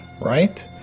right